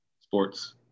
Sports